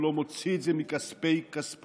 הוא לא מוציא את זה מכספו האישי.